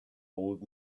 old